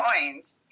coins